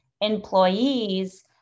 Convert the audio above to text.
employees